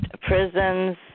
prisons